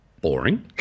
boring